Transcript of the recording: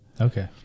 Okay